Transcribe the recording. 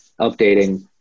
updating